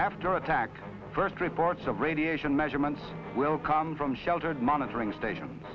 after attack first reports of radiation measurements will come from sheltered monitoring stations